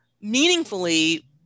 meaningfully